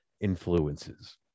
influences